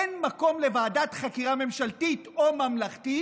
אין מקום לוועדת חקירה ממשלתית או ממלכתית,